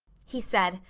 he said,